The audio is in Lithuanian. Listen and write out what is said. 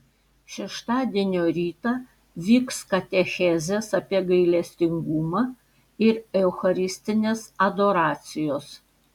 šeštadienio rytą vyks katechezės apie gailestingumą ir eucharistinės adoracijos